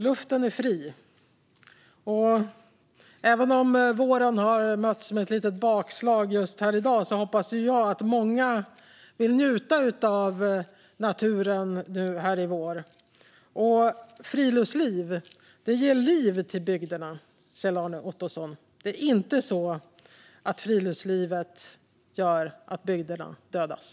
Luften är fri. Även om våren har mötts av ett litet bakslag i dag hoppas jag att många vill njuta av naturen i vår. Friluftsliv ger liv till bygderna, Kjell-Arne Ottosson. Det är inte så att friluftslivet gör att bygderna dödas.